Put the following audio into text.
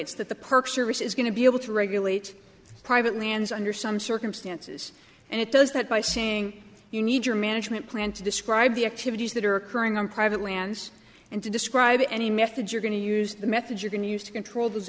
service is going to be able to regulate private lands under some circumstances and it does that by saying you need your management plan to describe the activities that are occurring on private lands and to describe any method you're going to use the method you can use to control those